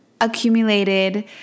accumulated